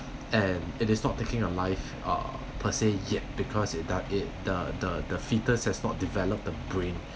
and it is not taking your life uh per say yet because it the it the the the fetus has not developed the brain